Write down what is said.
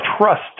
trust